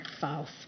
false